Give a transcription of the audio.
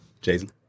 Jason